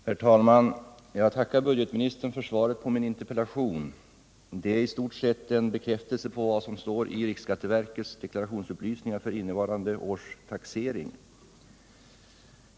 Herr talman! Jag tackar budgetministern för svaret på min interpellation. Det är i stort sett en bekräftelse på vad som står i riksskatteverkets deklarationsupplysningar för innevarande års taxering.